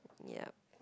ya